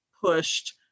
pushed